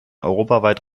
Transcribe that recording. europaweit